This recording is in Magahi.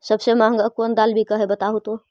सबसे महंगा कोन दाल बिक है बताहु तो?